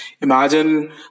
imagine